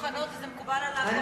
מוכנות וזה מקובל עליו,